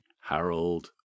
Harold